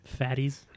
Fatties